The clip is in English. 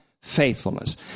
faithfulness